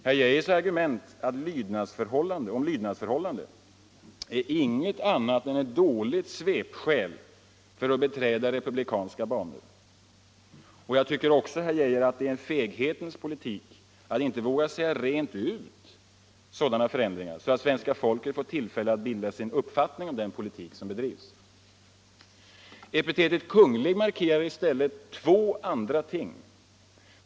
Herr Geijers argument om lydnadsförhållande är ingenting annat än ett dåligt svepskäl för att beträda republikanska banor. Jag tycker också, herr Geijer, att det är en feghetens politik att inte våga säga det rent ut så att svenska folket får tillfälle att bilda sig en uppfattning om den politik som bedrivs. Epitetet Kungl. markerar i stället två andra ting.